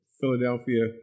Philadelphia